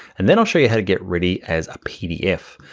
and then i'll show you how to get really as a pdf.